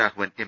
Raghavan M